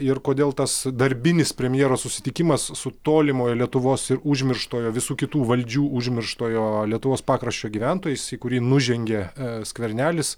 ir kodėl tas darbinis premjero susitikimas su tolimojo lietuvos ir užmirštojo visų kitų valdžių užmirštojo lietuvos pakraščio gyventojais į kurį nužengė a skvernelis